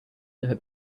never